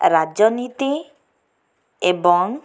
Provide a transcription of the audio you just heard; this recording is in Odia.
ରାଜନୀତି ଏବଂ